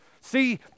See